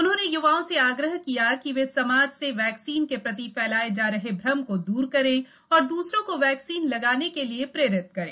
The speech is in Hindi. उन्होंने य्वाओं से आग्रह किया कि वे समाज से वैक्सीन के प्रति फैलाए जा रहे भ्रम को द्र करें और द्रसरों को वैक्सीन लगाने के लिए प्रेरित करें